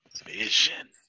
vision